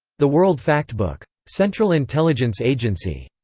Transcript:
the world factbook. central intelligence agency.